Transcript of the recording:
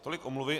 Tolik omluvy.